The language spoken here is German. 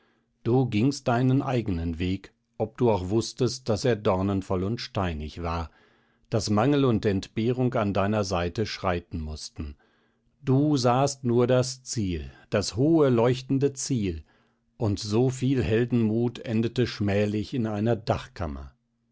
du gingst deinen eigenen weg ob du auch wußtest daß er dornenvoll und steinig war daß mangel und entbehrung an deiner seite schreiten mußten du sahst nur das ziel das hohe leuchtende ziel und so viel heldenmut endete schmählich in einer